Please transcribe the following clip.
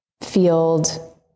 field